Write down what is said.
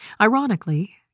Ironically